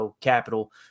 capital